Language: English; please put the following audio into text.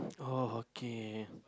oh okay